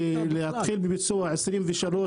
הערבית,